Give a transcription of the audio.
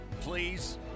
Please